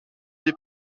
des